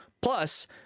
plus